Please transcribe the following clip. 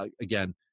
again